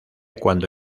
cuando